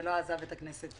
ולא עזב את הכנסת